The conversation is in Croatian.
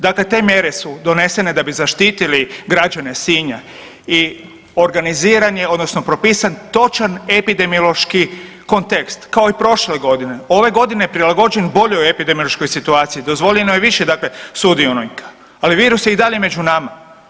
Dakle, te mjere su donesene da bi zaštitili građane Sinja i organiziran je odnosno propisan točan epidemiološki kontekst, kao i prošle godine, ove godine prilagođen boljoj epidemiološkoj situaciji, dozvoljeno je više dakle sudionika, ali virus je i dalje među nama.